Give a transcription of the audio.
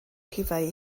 rhifau